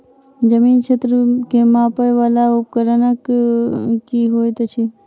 जमीन क्षेत्र केँ मापय वला उपकरण की होइत अछि?